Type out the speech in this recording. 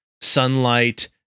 sunlight